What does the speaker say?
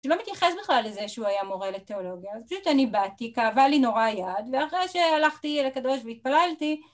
שלא מתייחס בכלל לזה שהוא היה מורה לתיאולוגיה, אז פשוט אני באתי, כאבה לי נורא יד, ואחרי שהלכתי לקדוש והתפללתי...